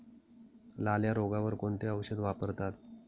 लाल्या रोगावर कोणते औषध वापरतात?